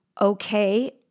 Okay